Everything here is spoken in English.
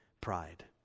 pride